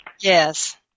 Yes